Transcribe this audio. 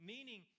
Meaning